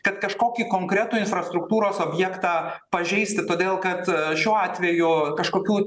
kad kažkokį konkretų infrastruktūros objektą pažeisti todėl kad šiuo atveju kažkokių